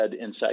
inside